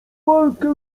walkę